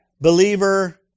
believer